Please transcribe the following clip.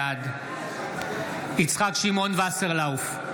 בעד יצחק שמעון וסרלאוף,